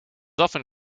often